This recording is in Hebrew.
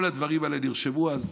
כל הדברים הללו נרשמו אז,